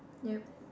yup